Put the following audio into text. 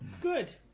good